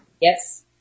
Yes